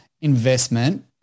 investment